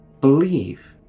believe